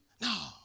No